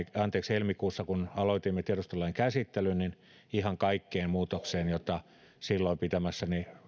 helmikuussa kun aloitimme tiedustelulain käsittelyn ihan kaikkeen muutokseen jota silloin pitämässäni